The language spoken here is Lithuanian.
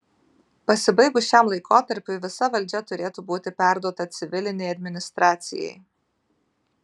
pasibaigus šiam laikotarpiui visa valdžia turėtų būti perduota civilinei administracijai